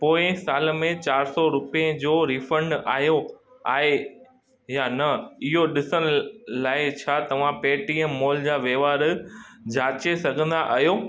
पोइ साल में चारि सौ रुपियें जो रीफंड आयो आहे या न इहो ॾिसण लाइ छा तव्हां पेटीएम माॅल जा वहिंवार जांचे सघंदा आहियो